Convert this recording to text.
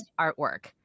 artwork